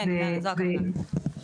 אוקיי.